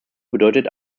bedeutet